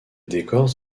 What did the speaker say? décors